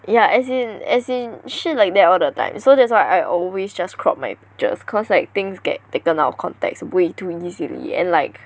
ya as in as in she like that all the time so that's why I always just crop my pictures cause like things get taken out of context way too easily and like